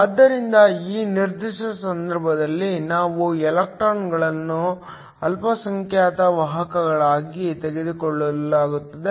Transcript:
ಆದ್ದರಿಂದ ಈ ನಿರ್ದಿಷ್ಟ ಸಂದರ್ಭದಲ್ಲಿ ನಾವು ಎಲೆಕ್ಟ್ರಾನ್ಗಳನ್ನು ಅಲ್ಪಸಂಖ್ಯಾತ ವಾಹಕಗಳಾಗಿ ತೆಗೆದುಕೊಳ್ಳುತ್ತೇವೆ